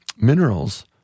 minerals